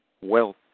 wealth